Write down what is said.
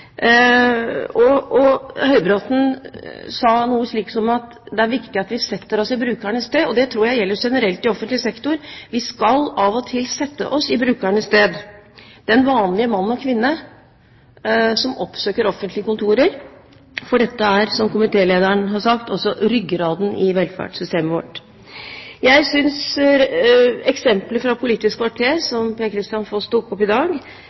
den merknaden. Høybråten sa noe slikt som at det er viktig at vi setter oss i brukernes sted, og det tror jeg gjelder generelt i offentlig sektor: Vi skal av og til sette oss i brukernes sted, den vanlige mann og kvinne som oppsøker offentlige kontorer. For dette er, som komitélederen har sagt, også ryggraden i velferdssystemet vårt. Jeg synes eksempelet fra Politisk kvarter, som Per-Kristian Foss tok opp i dag,